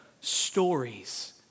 stories